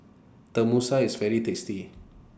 Tenmusu IS very tasty